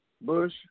Bush